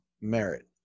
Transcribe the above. merit